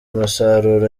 umusaruro